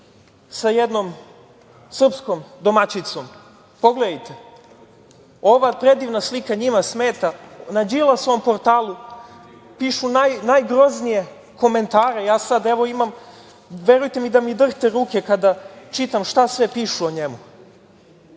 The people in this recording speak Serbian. sa jednom srpskom domaćicom. Pogledajte, ova predivna slika njima smeta. Na Đilasovom portalu pišu najgroznije komentare, ja sada, evo imam, verujte da mi da drhte ruke kada čitam šta sve pišu o njemu.